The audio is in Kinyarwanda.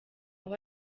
aho